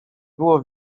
było